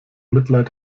mitleid